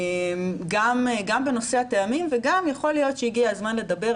גם בנושא הטעמים וגם יכול להיות שהגיע הזמן לדבר.